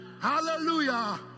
Hallelujah